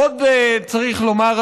עוד צריך לומר,